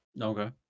Okay